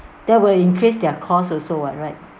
that will increase their cost also [what] right